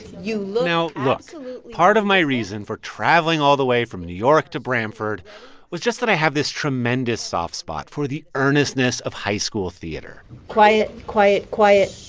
you know look part of my reason for traveling all the way from new york to branford was just that i have this tremendous soft spot for the earnestness of high school theater quiet, quiet, quiet.